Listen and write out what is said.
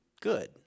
good